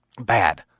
bad